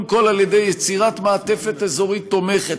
כול על-ידי יצירת מעטפת אזורית תומכת,